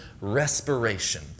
respiration